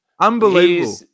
Unbelievable